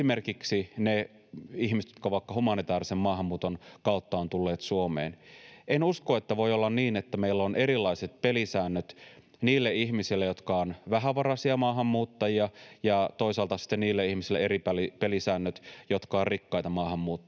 esimerkiksi ne ihmiset, jotka ovat vaikka humanitaarisen maahanmuuton kautta tulleet Suomeen. En usko, että voi olla niin, että meillä on erilaiset pelisäännöt niille ihmisille, jotka ovat vähävaraisia maahanmuuttajia, ja toisaalta eri pelisäännöt niille ihmisille, jotka ovat rikkaita maahanmuuttajia,